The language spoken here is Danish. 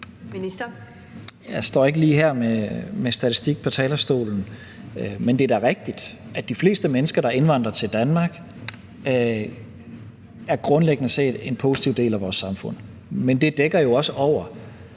Tesfaye): Jeg står ikke lige her med statistik på talerstolen. Men det er da rigtigt, at de fleste mennesker, der indvandrer til Danmark, grundlæggende er en positiv del af vores samfund. Men det dækker jo også over,